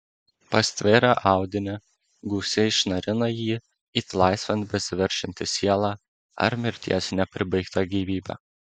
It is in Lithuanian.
pastvėrę audinį gūsiai šnarina jį it laisvėn besiveržianti siela ar mirties nepribaigta gyvybė